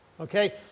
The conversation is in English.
okay